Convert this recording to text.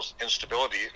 instability